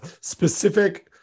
specific